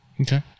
Okay